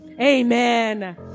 amen